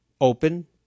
open